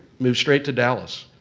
moved straight to dallas.